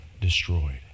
destroyed